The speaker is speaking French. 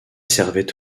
servait